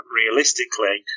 realistically